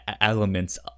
elements